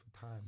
time